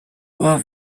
were